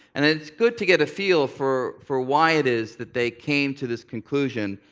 and it's good to get a feel for for why it is that they came to this conclusion.